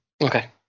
Okay